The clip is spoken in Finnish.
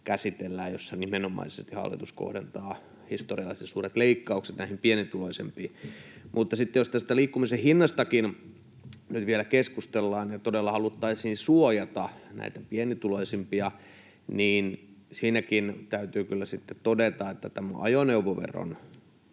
joissa nimenomaisesti hallitus kohdentaa historiallisen suuret leikkaukset näihin pienituloisempiin. Mutta sitten jos tästä liikkumisen hinnastakin nyt vielä keskustellaan ja todella haluttaisiin suojata näitä pienituloisimpia, niin siinäkin täytyy kyllä sitten todeta, että tämä ajoneuvoveron